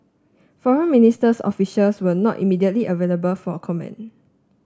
foreign ministers officials were not immediately available for a comment